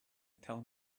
tell